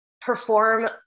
perform